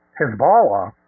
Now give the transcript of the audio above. Hezbollah